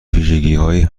ویژگیهایی